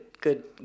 good